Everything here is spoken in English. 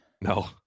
no